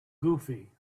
goofy